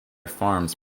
farms